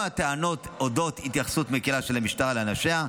טענות על אודות התייחסות מקילה של המשטרה לאנשיה,